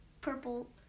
purple